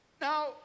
Now